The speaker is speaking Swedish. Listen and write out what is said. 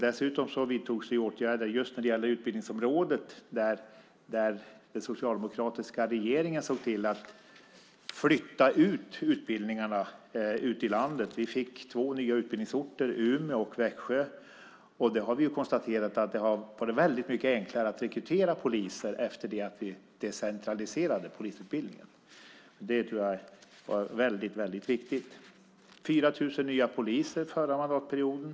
Dessutom vidtogs det åtgärder på utbildningsområdet, där den socialdemokratiska regeringen såg till att flytta utbildningarna ut i landet. Vi fick två nya utbildningsorter - Umeå och Växjö. Vi har konstaterat att det har varit mycket enklare att rekrytera poliser efter det att vi decentraliserade polisutbildningen. Det tror jag var viktigt. Det blev 4 000 nya poliser under förra mandatperioden.